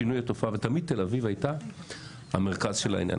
תמיד תל אביב הייתה המרכז של העניין.